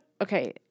okay